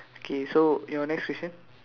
okay so your next question